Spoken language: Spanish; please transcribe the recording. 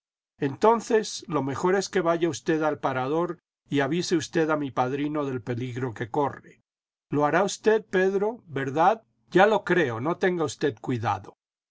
entonces lo mejor es que vaya usted al parador y avise usted a mi padrino del peligro que corre lo hará usted pedro verdad ya lo creo no tenga usted cuidado